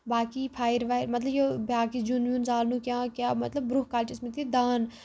باقٕے fire wire مطلب یہِ باقٕے زیُن ویُن زالنُک یا کیٛاہ مطلب برٛونٛہہ کالہِ چھِ ٲسۍمٕتۍ یہِ دان